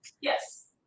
Yes